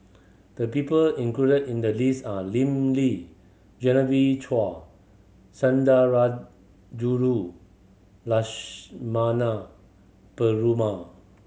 the people included in the list are Lim Lee Chua Sundarajulu Lakshmana Perumal